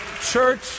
church